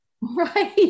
Right